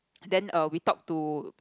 then err we talk to